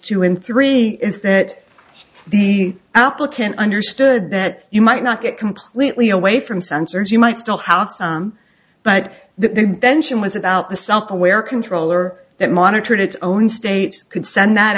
to him three is that the applicant understood that you might not get completely away from sensors you might still have some but the tension was about the self aware controller that monitored its own state could send that